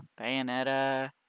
Bayonetta